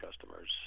customers